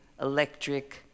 electric